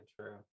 true